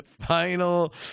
final